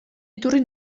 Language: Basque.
iturri